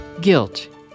Guilt